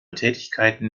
tätigkeiten